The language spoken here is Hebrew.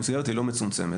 המסגרת היא לא מצומצמת.